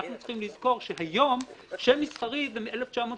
אנחנו צריכים לזכור שהיום שם מסחרי זה מ-1983,